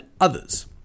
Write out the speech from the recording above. others